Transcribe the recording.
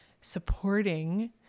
supporting